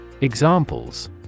Examples